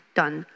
done